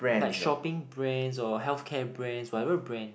like shopping brands or healthcare brands whatever brand